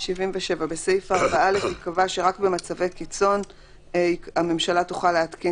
76. בסעיף 4 ייקבע כי הכנסת היא שתתקין